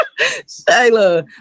Shayla